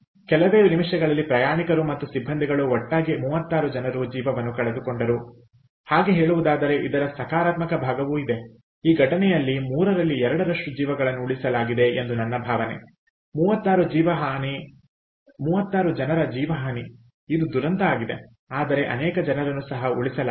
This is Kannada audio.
ಕೆಲವೇ ನಿಮಿಷಗಳಲ್ಲಿ ಪ್ರಯಾಣಿಕರು ಮತ್ತು ಸಿಬ್ಬಂದಿಗಳು ಒಟ್ಟಾಗಿ 36 ಜನರು ಜೀವವನ್ನು ಕಳೆದುಕೊಂಡರುಹಾಗೆ ಹೇಳುವುದಾದರೆ ಇದರ ಸಕಾರಾತ್ಮಕ ಭಾಗವೂ ಇದೆ ಈ ಘಟನೆಯಲ್ಲಿ ಮೂರರಲ್ಲಿ ಎರಡರಷ್ಟು ಜೀವಗಳನ್ನು ಉಳಿಸಲಾಗಿದೆ ಎಂದು ನನ್ನ ಭಾವನೆ 36 ಜನರ ಜೀವ ಹಾನಿ ಇದು ದುರಂತ ಆಗಿದೆ ಆದರೆ ಅನೇಕ ಜನರನ್ನು ಸಹ ಉಳಿಸಲಾಗಿದೆ